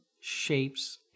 shapes